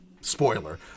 spoiler